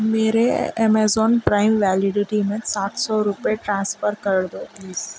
میرے Amazon prime validity میں سات سو روپئے ٹرانسفر کر دو پلیز